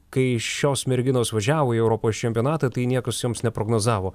kai šios merginos važiavo į europos čempionatą tai niekas joms neprognozavo